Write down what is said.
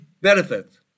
benefits